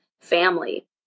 family